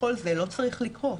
כשכל זה לא צריך לקרות.